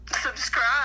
Subscribe